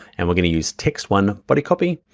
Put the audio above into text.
and we're going to use text one, but a copy,